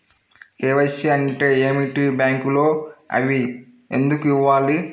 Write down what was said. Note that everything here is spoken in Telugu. కే.వై.సి అంటే ఏమిటి? బ్యాంకులో అవి ఎందుకు ఇవ్వాలి?